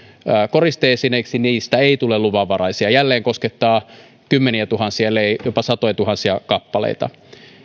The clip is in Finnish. koriste esineiksi niistä ei tule luvanvaraisia tämä jälleen koskettaa kymmeniätuhansia ellei jopa satojatuhansia kappaleita